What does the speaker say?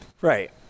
right